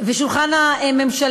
ועל שולחן הממשלה.